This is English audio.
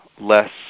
less